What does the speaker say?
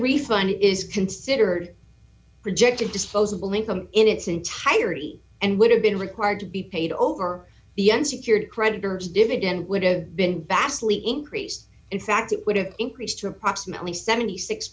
refund is considered rejected disposable income in its entirety and would have been required to be paid over the unsecured creditors dividend would have been vastly increased in fact it would have increased to approximately seventy six